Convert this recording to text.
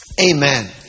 Amen